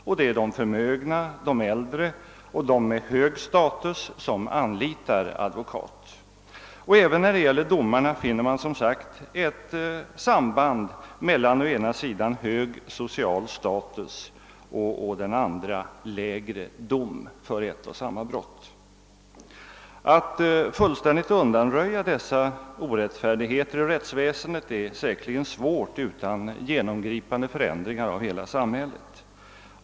Och det är de förmögna, de äldre och de med hög status som anlitar advokat. Även när det gäller domarna finner man som sagt ett samband mellan å ena sidan hög social status och å den andra mildare dom för ett och samma brott. Att fullständigt undanröja dessa orättfärdigheter i rättsväsendet är säkerligen svårt utan genomgripande förändringar av hela samhället.